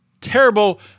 terrible